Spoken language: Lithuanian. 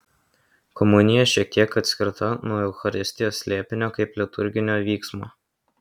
komunija šiek tiek atskirta nuo eucharistijos slėpinio kaip liturginio vyksmo